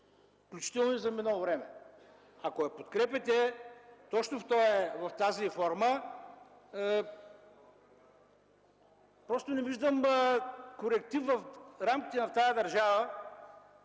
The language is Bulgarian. включително и за минало време? Ако я подкрепяте точно в тази форма, просто не виждам коректив в рамките на тази държава,